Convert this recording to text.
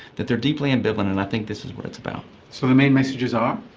that they are deeply ambivalent, and i think this is what it's about. so the main messages are?